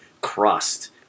crust